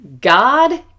God